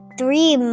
three